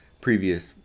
previous